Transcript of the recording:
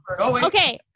Okay